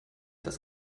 das